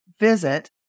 Visit